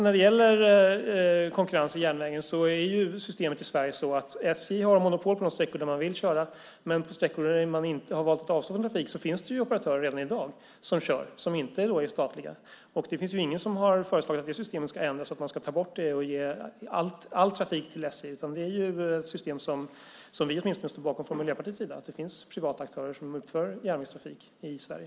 När det gäller konkurrens på järnvägen är systemet i Sverige uppbyggt så att SJ har monopol på de sträckor där man vill köra. Men på sträckor där man har valt att avstå från trafik finns det operatörer som kör redan i dag och som inte är statliga. Det är väl ingen som har föreslagit att det systemet ska ändras så att man ska ta bort det och ge all trafik till SJ. Det är ett system som åtminstone vi från Miljöpartiets sida står bakom att det finns privata aktörer som utför järnvägstrafik i Sverige.